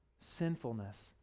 sinfulness